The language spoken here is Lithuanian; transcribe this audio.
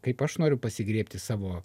kaip aš noriu pasigriebti savo